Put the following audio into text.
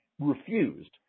refused